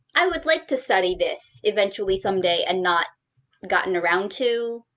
i would like to study this eventually someday and not gotten around to.